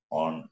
on